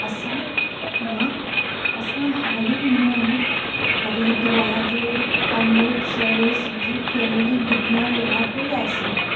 असां मां असां हाल ई में हरिद्वार अमृतसर सॼी फैमिली घुमणु विया हुआसीं